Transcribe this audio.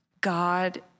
God